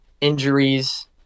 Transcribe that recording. injuries